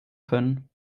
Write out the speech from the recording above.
können